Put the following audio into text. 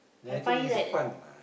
no actually it's fun lah